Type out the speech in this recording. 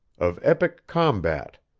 of epic combat,